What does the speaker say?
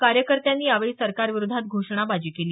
कार्यकर्त्यांनी यावेळी सरकारविरोधात घोषणाबाजी केली